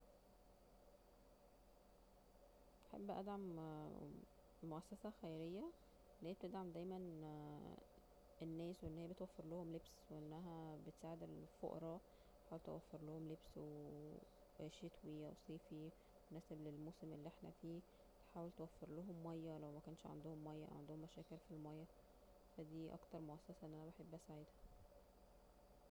احب ادعم المؤسسة الخيرية اللي هي بتدعم دايما الناس وأن هي بتوفرلهم لبس وأنها بتساعد الفقرى وتحاول توفرلهم اللبس وشتوي أو صيفي مثلا الموسم اللي احنا فيه وبتحاول توفرلهم ميه لو مكانش عندهم ميه أو عندهم مشاكل في الميه فا دي اكتر مؤسسة أنا أحب اساعده